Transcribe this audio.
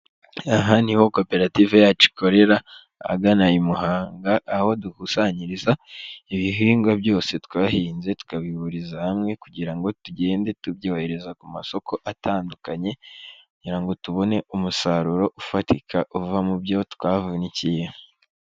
Aha ni ho koperative yacu ikorera, ahagana i Muhanga aho dukusanyiriza, ibihingwa byose twahinze, tukabihuriza hamwe kugira ngo tugende tubyohereza ku masoko atandukanye kugira ngo tubone umusaruro ufatika uva mu byo twavunikiye.